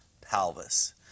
pelvis